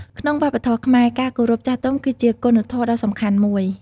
ក្នុងវប្បធម៌ខ្មែរ ការគោរពចាស់ទុំ គឺជាគុណធម៌ដ៏សំខាន់មួយ។